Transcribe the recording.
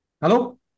Hello